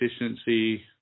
efficiency